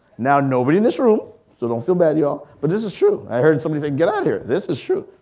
now nobody in this room, so don't feel bad y'all, but this is true. i heard somebody say get out of here. this is true.